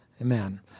Amen